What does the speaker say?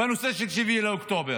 בנושא של 7 באוקטובר.